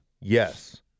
Yes